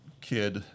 kid